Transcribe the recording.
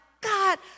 God